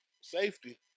safety